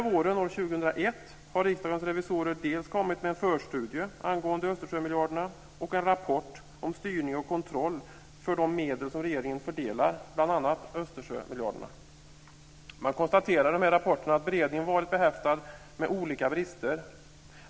Våren 2001 har Riksdagens revisorer kommit med en förstudie angående Östersjömiljarderna och en rapport om styrning och kontroll av de medel regeringen fördelar, bl.a. Östersjömiljarderna. Man konstaterar i rapporterna att beredningen varit behäftad med olika brister.